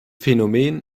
phänomen